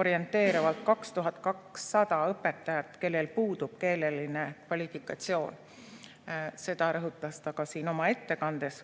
orienteerivalt 2200 õpetajat, kellel puudub keeleline kvalifikatsioon. Seda rõhutas ta ka siin oma ettekandes.